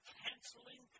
canceling